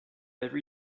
every